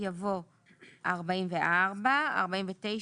יבוא "44, 49,